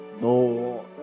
No